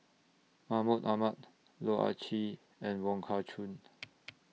Mahmud Ahmad Loh Ah Chee and Wong Kah Chun